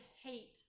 hate